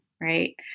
right